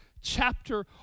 chapter